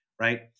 right